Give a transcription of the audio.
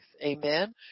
Amen